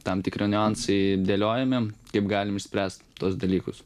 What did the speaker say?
tam tikri niuansai dėliojome kaip galim išspręst tuos dalykus